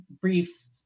brief